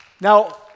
Now